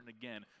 again